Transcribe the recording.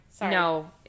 No